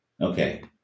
Okay